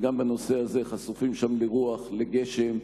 חשופים שם לרוח, לגשם.